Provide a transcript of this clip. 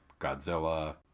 godzilla